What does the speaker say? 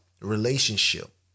relationship